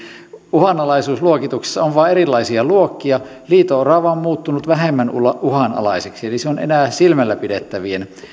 uhanalaisuusluokituksessa on vain erilaisia luokkia liito orava on muuttunut vähemmän uhanalaiseksi eli se on enää silmällä pidettävien